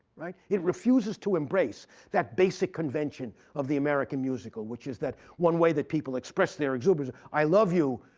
like it refuses to embrace that basic convention of the american musical, which is that one way that people express their exuberance i love you.